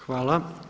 Hvala.